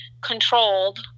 controlled